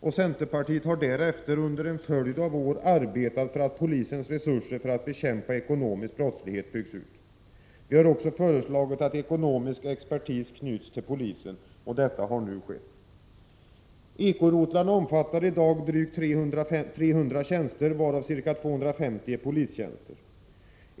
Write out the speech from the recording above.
Centerpartiet har därefter under en följd av år arbetat för en utbyggnad när det gäller polisens resurser att bekämpa ekonomisk brottslighet. Vi har också föreslagit att ekonomisk expertis knyts till polisen. Detta har nu skett. Ekorotlarna omfattar i dag drygt 300 tjänster, varav ca 250 är polistjänster.